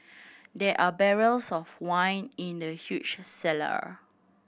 there are barrels of wine in the huge cellar